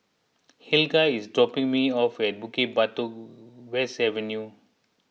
Helga is dropping me off at Bukit Batok West Avenue